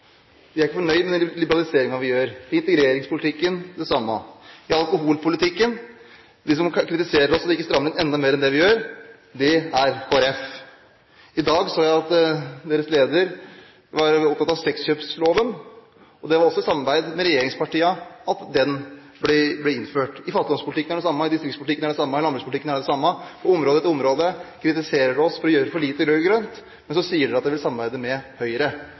De er ikke fornøyd med den liberaliseringen vi gjør. Det samme gjelder i integreringspolitikken. I alkoholpolitikken: De som kritiserer oss for at vi ikke strammer inn enda mer enn det vi gjør, er Kristelig Folkeparti. I dag så jeg at deres leder var opptatt av sexkjøpsloven. Det var også i samarbeid med regjeringspartiene at den ble innført. I fattigdomspolitikken er det det samme, i distriktspolitikken er det det samme, i landbrukspolitikken er det det samme. På område etter område kritiserer de oss for å gjøre for lite rød-grønt. Men så sier dere at dere vil samarbeide med Høyre,